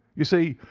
you see,